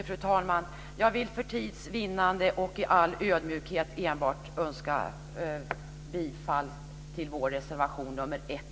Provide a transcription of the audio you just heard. Fru talman! Jag vill för tids vinnande och i all ödmjukhet enbart yrka bifall till vår reservation 1